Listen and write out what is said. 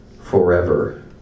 forever